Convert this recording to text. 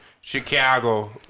Chicago